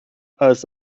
als